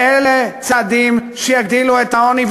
אלה צעדים שיגדילו את העוני.